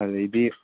ꯑꯗꯨꯗꯒꯤꯗꯤ